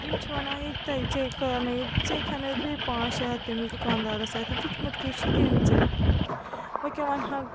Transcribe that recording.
یِم چھِ وَنان یے تَے ژے کارنٲیِتھ ژے کھیٛانٲیِت بیٚیہِ پانٛژھ شےٚ ہَتھ تٔمِس دُکاندارَس اَتٮ۪ن دیُتمُت کے چھُے تٔمۍ ژےٚ وَ کیٛاہ وَنہٕ ہاکھ بہٕ